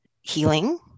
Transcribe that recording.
healing